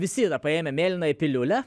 visi yra paėmę mėlynąją piliulę